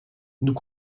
nous